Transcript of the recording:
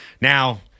Now